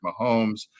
Mahomes